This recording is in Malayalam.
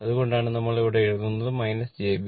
അതുകൊണ്ടാണ് നമ്മൾ ഇവിടെ എഴുതുന്നത് jB L